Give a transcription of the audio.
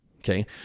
Okay